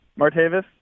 Martavis